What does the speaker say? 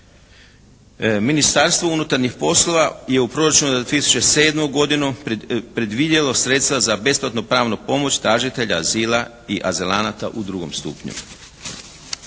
Ministarstvo unutarnjih poslova je u proračunu za 2007. godinu predvidjelo sredstva za besplatnu pravnu pomoć tražitelja azila i azilanata u drugom stupnju.